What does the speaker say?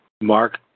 Mark